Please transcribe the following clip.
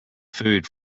food